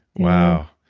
wow.